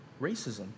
Racism